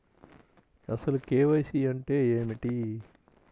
అసలు కే.వై.సి అంటే ఏమిటి?